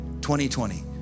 2020